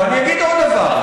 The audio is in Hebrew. ואני אגיד עוד דבר,